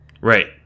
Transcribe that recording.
Right